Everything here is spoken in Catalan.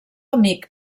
amic